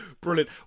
Brilliant